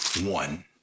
one